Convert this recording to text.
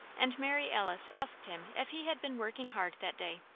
and mary alice asked him if he had been working hard that day.